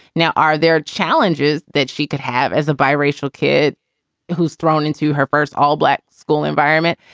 now, are there challenges that she could have as a biracial kid who's thrown into her first all-black school environment?